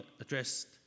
addressed